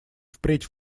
впредь